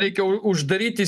reikia uždaryti